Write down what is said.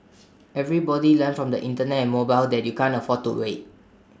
everybody learned from the Internet and mobile that you can't afford to wait